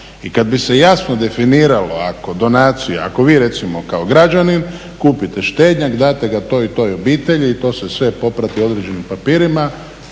i kada bi se jasno definiralo ako donacija, ako vi recimo kao građanin kupite štednjak date ga toj i toj obitelji i to se sve poprati određenim papirima,